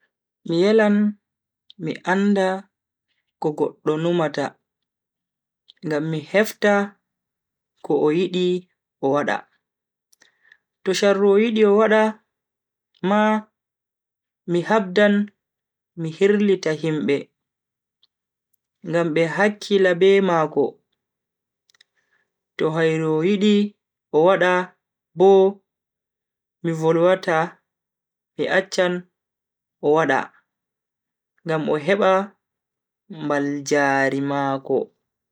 Mi yelan mi anda ko goddo numata ngam mi hefta ko o yidi o wada. To sharru o yidi o wada ma, mi habdan mi hirlita himbe ngam be hakkila be mako, to hairu o yidi o wada bo mi volwata mi acchan o wada ngam o heba mbaljaari mako.